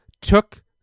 took